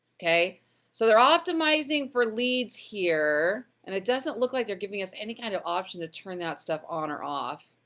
so, they're optimizing for leads here, and it doesn't look like they're giving us any kind of option to turn that stuff on or off.